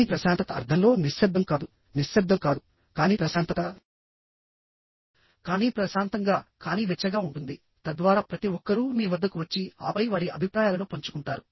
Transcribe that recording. కానీ ప్రశాంతత అర్థంలో నిశ్శబ్దం కాదు నిశ్శబ్దం కాదు కానీ ప్రశాంతత కానీ ప్రశాంతంగా కానీ వెచ్చగా ఉంటుంది తద్వారా ప్రతి ఒక్కరూ మీ వద్దకు వచ్చి ఆపై వారి అభిప్రాయాలను పంచుకుంటారు